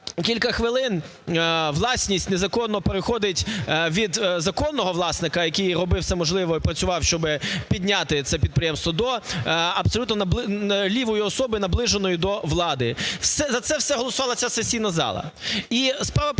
кілька хвилин власність незаконно переходить від законного власника, який робив все можливе і працював, щоб підняти це підприємство, до абсолютно лівої особи, наближеної до влади. За це все голосувала ця сесійна зала.